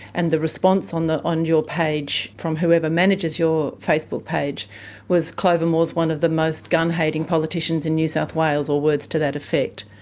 and the response on and your page from whoever manages your facebook page was clover moore's one of the most gun-hating politicians in new south wales, or words to that effect.